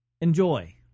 Enjoy